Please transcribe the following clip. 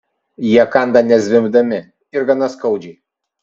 jie kanda nezvimbdami ir gana skaudžiai